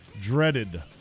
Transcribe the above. dreaded